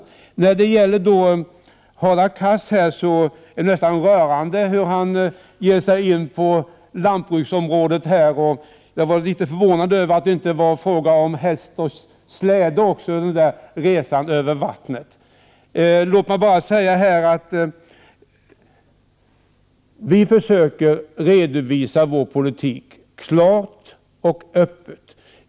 Det är nästan rörande att se hur Hadar Cars ger sig in på lantbruksområdet. Jag är litet förvånad över att det inte också var fråga om häst och släde under resan över vattnet. Låt mig bara säga att vi försöker redovisa vår politik klart och öppet.